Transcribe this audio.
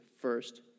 first